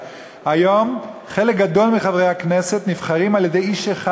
שכבר לא ברור לי אם הוא קיים או לא קיים,